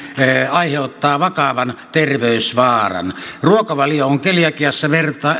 aiheuttaa vakavan terveysvaaran ruokavalio on keliakiassa